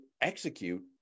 execute